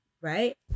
right